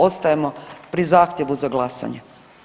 Ostajemo pri zahtjevu za glasanje.